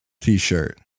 T-shirt